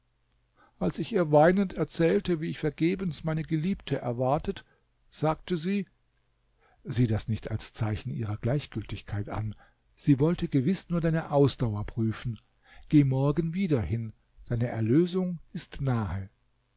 als ich ihr weinend erzählte wie ich vergebens meine geliebte erwartet sagte sie sieh das nicht als zeichen ihrer gleichgültigkeit an sie wollte gewiß nur deine ausdauer prüfen geh morgen wieder hin deine erlösung ist nahe